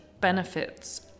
benefits